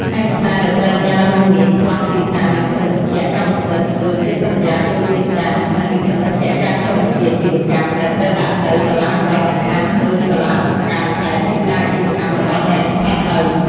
ឯកសារដែលត្រូវការរួមមាន ប្លង់ទីតាំង លិខិតបញ្ជាក់កម្មសិទ្ធិ ឬកិច្ចសន្យាជួលទីតាំង និង លិខិតបញ្ជាក់ការចុះបញ្ជីអាជីវកម្ម ដែលត្រូវដាក់នៅ សាលាក្រុង ខណ្ឌ ឬ សាលាសង្កាត់ ដែលទីតាំងអាជីវកម្មរបស់អ្នកស្ថិតនៅ។